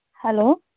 hello